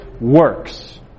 works